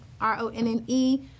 R-O-N-N-E